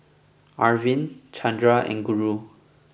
Arvind Chandra and Guru